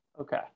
okay